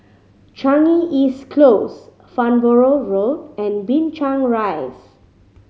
Changi East Close Farnborough Road and Binchang Rise